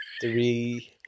Three